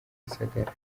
gisagara